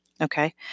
Okay